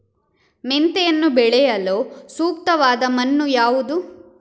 ಮೆಂತೆಯನ್ನು ಬೆಳೆಯಲು ಸೂಕ್ತವಾದ ಮಣ್ಣು ಯಾವುದು?